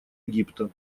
египта